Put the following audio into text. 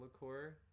liqueur